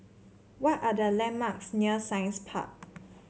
what are the landmarks near Science Park